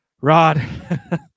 rod